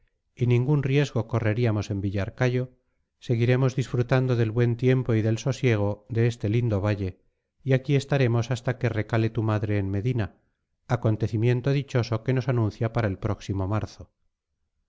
y ningún riesgo correríamos en villarcayo seguiremos disfrutando del buen tiempo y del sosiego de este lindo valle y aquí estaremos hasta que recale tu madre en medina acontecimiento dichoso que nos anuncia para el próximo marzo